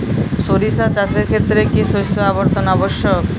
সরিষা চাষের ক্ষেত্রে কি শস্য আবর্তন আবশ্যক?